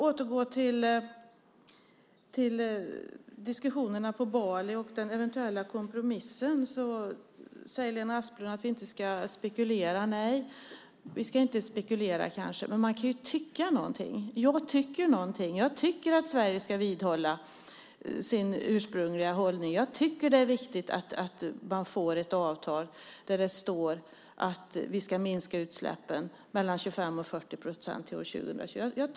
Vad beträffar diskussionerna på Bali och den eventuella kompromissen säger Lena Asplund att vi inte ska spekulera. Nej, vi ska inte spekulera. Däremot kan vi tycka någonting. Jag tycker någonting. Jag tycker att Sverige ska vidhålla sin ursprungliga hållning. Jag tycker att det är viktigt att få ett avtal om att vi ska minska utsläppen med mellan 25 och 40 procent till år 2020.